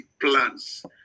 plans